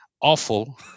awful